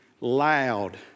loud